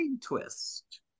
twist